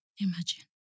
Imagine